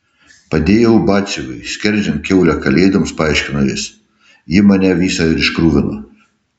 padėjau batsiuviui skerdžiant kiaulę kalėdoms paaiškino jis ji mane visą ir iškruvino